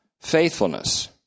faithfulness